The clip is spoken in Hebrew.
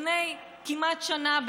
לפני כמעט שנה,